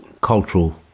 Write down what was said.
cultural